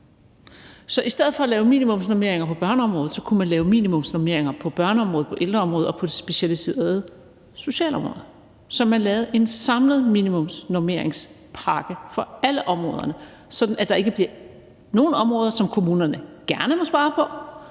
i stedet for kun at lave minimumsnormeringer på børneområdet kunne man lave minimumsnormeringer både på børneområdet, på ældreområdet og på det specialiserede socialområde, så man lavede en samlet minimumsnormeringspakke for alle områderne, sådan at der ikke bliver nogle områder, som kommunerne gerne må spare på,